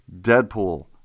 Deadpool